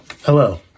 Hello